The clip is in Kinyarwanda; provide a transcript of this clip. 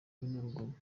n’urugomo